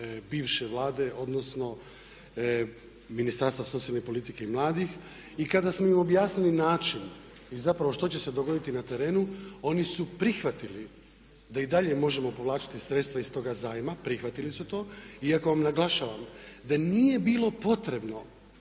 bivše Vlade odnosno Ministarstva socijalne politike i mladih i kada smo im objasnili način i zapravo što će se dogoditi na terenu oni su prihvatili da i dalje možemo povlačiti sredstva iz tog zajma, prihvatili su to iako vam naglašavam da nije bilo potrebno